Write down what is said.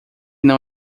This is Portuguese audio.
não